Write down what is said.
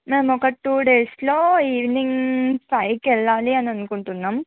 మేము ఒక టు డేస్లో ఈవినింగ్ ఫైవ్కి వెళ్లాలి అనుకుంటున్నాం